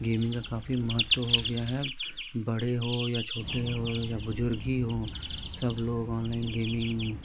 gaming का काफ़ी महत्व हो गया है बड़े हो या छोटे हो या बुज़ुर्ग ही हो सब लोग ऑनलाइन गेमिंग